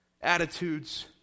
attitudes